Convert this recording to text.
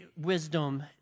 Wisdom